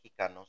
Mexicanos